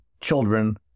children